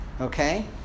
okay